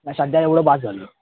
नाही सध्या एवढं बस झालं